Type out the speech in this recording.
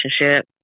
relationship